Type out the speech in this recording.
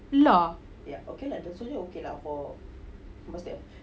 allah